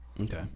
Okay